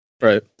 Right